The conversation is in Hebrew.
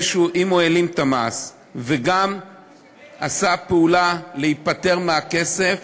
אם הוא העלים את המס וגם עשה פעולה להיפטר מהכסף,